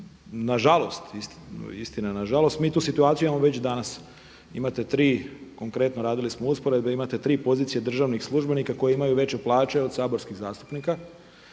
na žalost, istina na žalost mi tu situaciju imamo već danas. Imate tri konkretno radili smo usporedbe, imate tri pozicije državnih službenika koji imaju veće plaće od saborskih zastupnika.